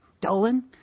Dolan